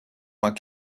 moins